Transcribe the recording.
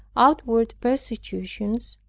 outward persecutions,